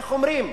איך אומרים,